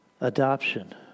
adoption